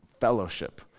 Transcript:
fellowship